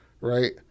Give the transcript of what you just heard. Right